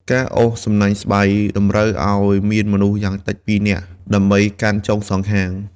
ការអូសសំណាញ់ស្បៃ តម្រូវឲ្យមានមនុស្សយ៉ាងតិចពីរនាក់ ដើម្បីកាន់ចុងសងខាង។